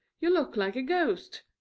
you look like a ghost.